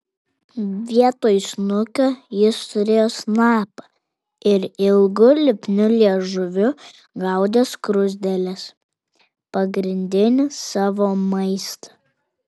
vietoj snukio jis turėjo snapą ir ilgu lipniu liežuviu gaudė skruzdėles pagrindinį savo maistą